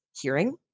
hearing